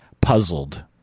puzzled